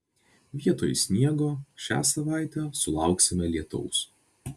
vietoj sniego šią savaitę sulauksime lietaus